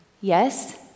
Yes